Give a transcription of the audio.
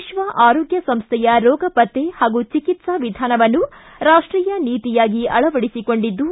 ವಿಶ್ವ ಆರೋಗ್ಣ ಸಂಸ್ಥೆಯ ರೋಗ ಪತ್ತೆ ಹಾಗೂ ಚಿಕಿತ್ಸಾ ವಿಧಾನವನ್ನು ರಾಷ್ಷೀಯ ನೀತಿಯಾಗಿ ಅಳವಡಿಸಿಕೊಂಡಿದ್ದು